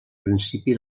principi